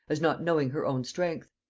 as not knowing her own strength.